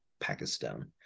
Pakistan